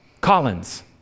Collins